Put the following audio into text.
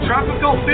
Tropical